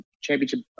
championship